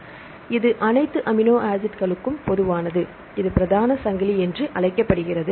எனவே இது அனைத்து அமினோ ஆசிட்களுக்கும் பொதுவானது இது பிரதான சங்கிலி என்று அழைக்கப்படுகிறது